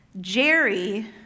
Jerry